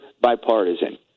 bipartisan